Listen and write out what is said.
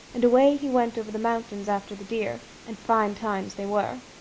and away he went over the mountains after the deer and fine times they were.